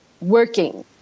working